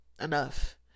enough